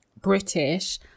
British